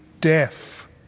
deaf